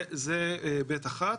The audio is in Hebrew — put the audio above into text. זה היבט אחד.